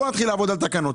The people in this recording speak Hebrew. בואו נתחיל לעבוד על תקנות,